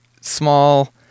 small